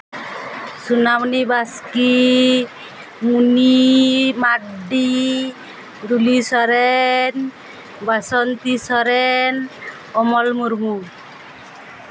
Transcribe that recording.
Sunamuni Baske Moni Mardi Duli Soren Basanti Soren Amal Murmu